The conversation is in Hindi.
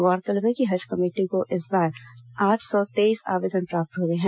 गौरतलब है कि हज कमेटी को इस बार आठ सौ तेईस आवेदन प्राप्त हुए हैं